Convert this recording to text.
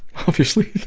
obviously.